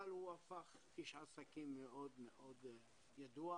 אבל הוא הפך לאיש עסקים מאוד מאוד ידוע.